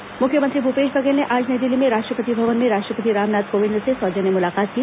संक्षिप्त समाचार मुख्यमंत्री भूपेश बघेल ने आज नई दिल्ली में राष्ट्रपति भवन में राष्ट्रपति रामनाथ कोविंद से सौजन्य मुलाकात की